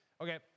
Okay